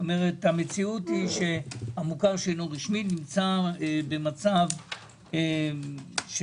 המציאות היא שהמוכר שאינו רשמי נמצא במצב של